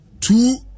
two